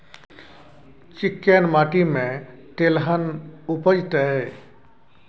चिक्कैन माटी में तेलहन उपजतै?